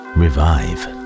revive